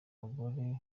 abagore